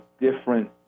different